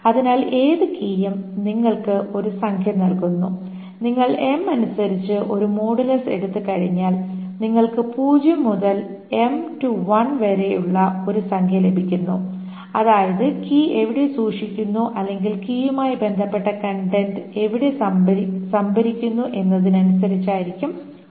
അതിനാൽ ഏത് കീയും നിങ്ങൾക്ക് ഒരു സംഖ്യ നൽകുന്നു നിങ്ങൾ m അനുസരിച്ച് ഒരു മോഡുലസ് എടുത്തുകഴിഞ്ഞാൽ നിങ്ങൾക്ക് 0 മുതൽ m 1 വരെയുള്ള ഒരു സംഖ്യ ലഭിക്കുന്നു അതായത് കീ എവിടെ സൂക്ഷിക്കുന്നു അല്ലെങ്കിൽ കീയുമായി ബന്ധപ്പെട്ട കണ്ടൻറ് എവിടെ സംഭരിക്കുന്നു എന്നതിനനുസരിച്ചായിരിക്കും അത്